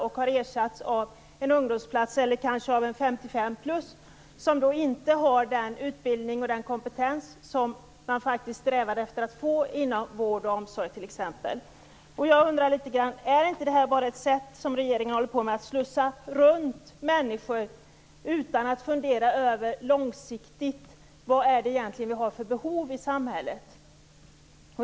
De har ersatts genom kanske ungdomsplats eller 55-plus av någon som inte har den utbildning och den kompetens som man faktiskt strävar efter att få inom t.ex. Jag undrar: Är inte det här som regeringen håller på med bara ett sätt att slussa runt människor utan att fundera över vad vi långsiktigt har för behov i samhället?